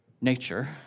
nature